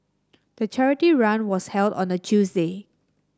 the charity run was held on a Tuesday